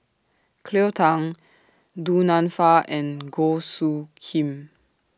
Cleo Thang Du Nanfa and Goh Soo Khim